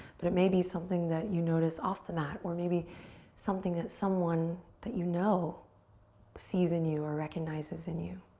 but it may be something that you notice off the mat or maybe something that someone that you know sees in you or recognizes in you.